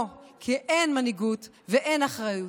לא, כי אין מנהיגות ואין אחריות.